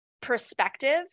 perspective